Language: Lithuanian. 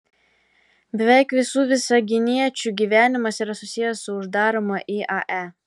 beveik visų visaginiečių gyvenimas yra susijęs su uždaroma iae